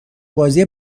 بازی